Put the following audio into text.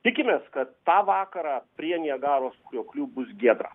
tikimės kad tą vakarą prie niagaros krioklių bus giedra